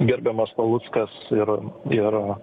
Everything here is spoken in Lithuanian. gerbiamas paluckas ir ir